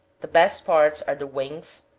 the best parts are the wings,